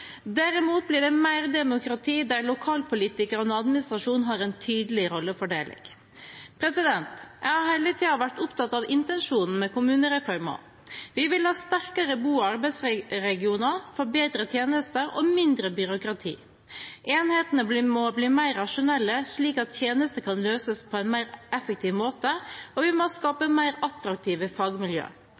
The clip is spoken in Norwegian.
Derimot blir det mer demokrati der lokalpolitikerne og administrasjon har en tydelig rollefordeling. Jeg har hele tiden vært opptatt av intensjonen med kommunereformen. Vi vil ha sterkere bo- og arbeidsregioner, få bedre tjenester og mindre byråkrati. Enhetene må bli mer rasjonelle, slik at tjenester kan løses på en mer effektiv måte, og vi må skape mer attraktive